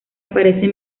aparece